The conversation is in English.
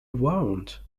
won’t